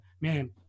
Man